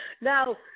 Now